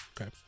Okay